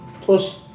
Plus